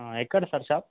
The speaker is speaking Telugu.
ఎక్కడ సార్ షాప్